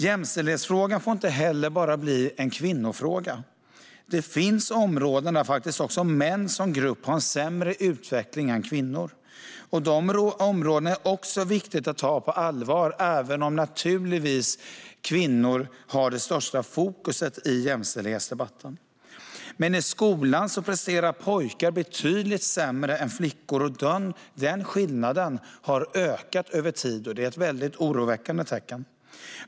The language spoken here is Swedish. Jämställdhetsfrågan får inte heller bli endast en kvinnofråga. Det finns områden där män som grupp faktiskt har en sämre utveckling än kvinnor. Det är viktigt att ta också de områdena på allvar, även om det största fokuset i jämställdhetsdebatten naturligtvis ska ligga på kvinnor. Men i skolan presterar pojkar betydligt sämre än flickor, och den skillnaden har ökat över tid. Det är ett oroväckande tecken.